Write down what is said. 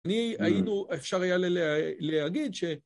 אני, היינו, אפשר היה להגיד ש...